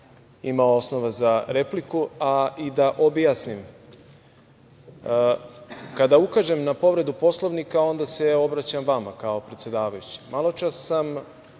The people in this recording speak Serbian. imao osnov za repliku, a i da objasnim. Kada ukažem na povredu Poslovnika, onda se obraćam vama kao predsedavajućem. Maločas sam